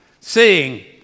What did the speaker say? seeing